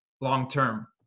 long-term